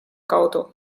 kaudu